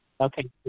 Okay